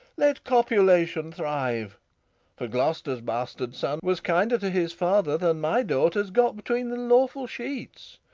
let copulation thrive for gloster's bastard son was kinder to his father than my daughters got tween the lawful sheets.